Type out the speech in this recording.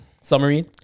summary